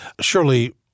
surely